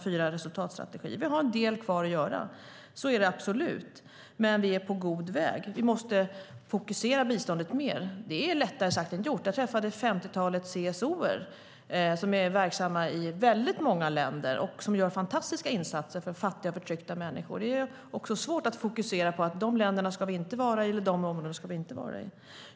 Vi har absolut en del kvar att göra, men vi är på god väg. Vi måste fokusera biståndet mer. Det är lättare sagt än gjort. Jag träffade femtiotalet CSO:er som är verksamma i många länder och som gör fantastiska insatser för fattiga och förtryckta människor. Det är svårt att fokusera på att vi inte ska vara i vissa länder eller områden.